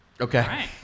Okay